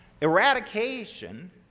Eradication